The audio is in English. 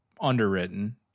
underwritten